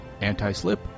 anti-slip